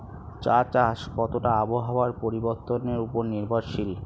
চা চাষ কতটা আবহাওয়ার পরিবর্তন উপর নির্ভরশীল?